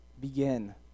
Begin